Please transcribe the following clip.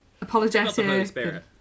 apologetic